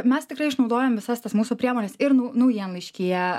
mes tikrai išnaudojam visas tas mūsų priemones ir naujienlaiškyje